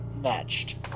matched